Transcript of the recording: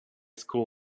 school